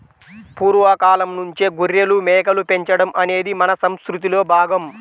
పూర్వ కాలంనుంచే గొర్రెలు, మేకలు పెంచడం అనేది మన సంసృతిలో భాగం